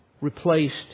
replaced